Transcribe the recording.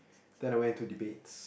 then I went to debates